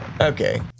Okay